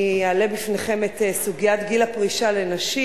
אני אעלה בפניכם את סוגיית גיל הפרישה לנשים.